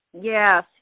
Yes